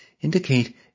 indicate